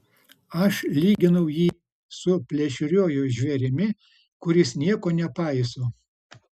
aš lyginau jį su plėšriuoju žvėrimi kuris nieko nepaiso